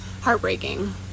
Heartbreaking